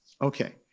Okay